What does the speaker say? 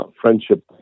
friendship